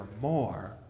more